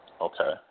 Okay